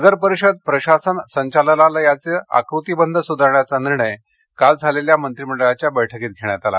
नगरपरिषद प्रशासन संचालनालयाचे आकृतीबंध सुधारण्याचा निर्णय काल झालेल्या मंत्रिमंडळ बैठकीत घेण्यात आला